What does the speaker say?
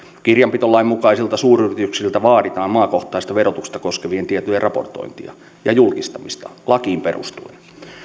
kirjanpitolain mukaisilta suuryrityksiltä vaaditaan maakohtaista verotusta koskevien tietojen raportointia ja julkistamista lakiin perustuen